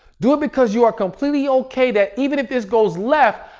do it because you are completely okay that even if this goes left,